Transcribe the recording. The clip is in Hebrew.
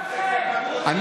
חילול השם.